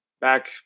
back